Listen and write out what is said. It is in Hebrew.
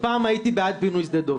פעם הייתי בעד פינוי שדה דב,